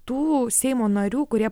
tų seimo narių kurie